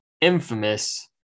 infamous